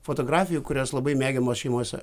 fotografijų kurias labai mėgiamos šeimose